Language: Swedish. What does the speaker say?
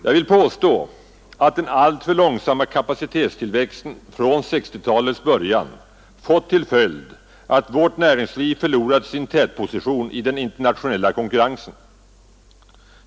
Jag vill påstå att den alltför långsamma kapacitetstillväxten från 1960-talets början fått till följd att vårt näringsliv förlorat sin tätposition i den internationella konkurrensen.